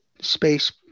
space